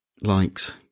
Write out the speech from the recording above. likes